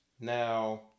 Now